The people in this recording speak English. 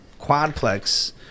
quadplex